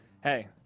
Hey